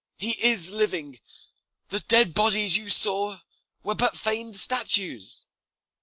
he is living the dead bodies you saw were but feign'd statues.